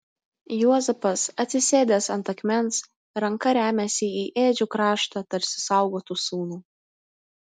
juozapas atsisėdęs ant akmens ranka remiasi į ėdžių kraštą tarsi saugotų sūnų